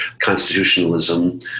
constitutionalism